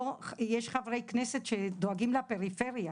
פה יש חברי כנסת שדואגים לפריפריה,